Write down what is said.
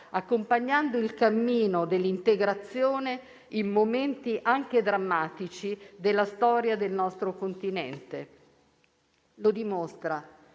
accompagnando il cammino dell'integrazione in momenti anche drammatici della storia del nostro Continente. Lo dimostrano